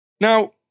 Now